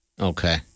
Okay